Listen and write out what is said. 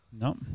No